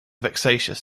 vexatious